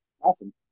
Awesome